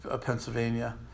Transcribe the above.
Pennsylvania